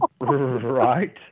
right